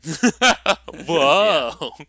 Whoa